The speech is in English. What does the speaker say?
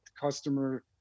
customer